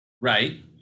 Right